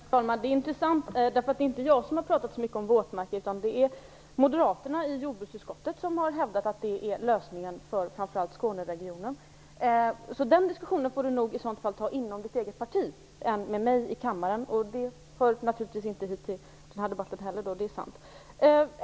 Herr talman! Detta är intressant. Jag har inte har pratat så mycket om våtmarker, utan det är moderaterna i jordbruksutskottet som har hävdat att detta är lösningen för framför allt Skåneregionen. Den diskussionen får nog Bertil Persson ta inom sitt eget parti, inte med mig i kammaren. Men det hör naturligtvis inte till denna debatt, det är sant.